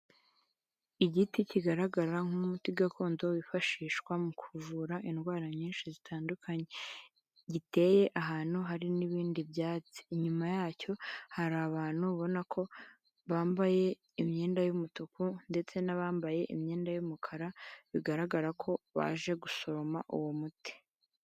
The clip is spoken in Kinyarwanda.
Igiti kigaragara nk'umuti gakondo wifashishwa mu kuvura indwara nyinshi zitandukanye giteye ahantu hari n'ibindi byatsi, inyuma yacyo hari abantu ubona ko bambaye imyenda y'umutuku ndetse n'abambaye imyenda y'umukara bigaragara ko baje gusoroma uwo muti.